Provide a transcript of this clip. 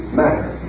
matter